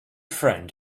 friend